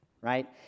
right